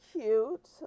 cute